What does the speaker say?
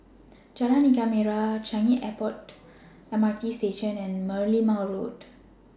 Jalan Ikan Merah Changi Airport M R T Station and Merlimau Road